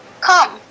come